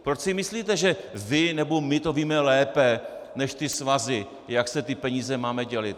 Proč si myslíte, že vy nebo my to víme lépe než svazy, jak peníze máme dělit?